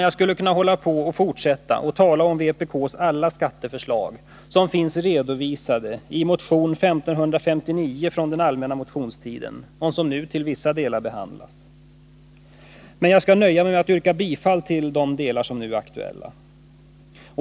Jag skulle kunna fortsätta och tala om vpk:s alla skatteförslag, som finns redovisade i motion 1559 från den allmänna motionstiden, vilken nu till vissa delar behandlas. Men jag skall nöja mig med att yrka bifall till de delar som nu är aktuella.